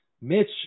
Mitch